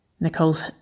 Nicole's